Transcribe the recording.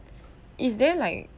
but is there like